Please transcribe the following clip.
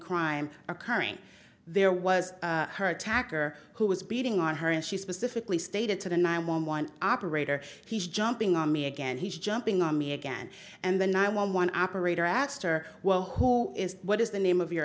crime occurring there was her attacker who was beating on her and she specifically stated to the nine one one operator he's jumping on me again he's jumping on me again and then i one one operator asked her well who is what is the name of your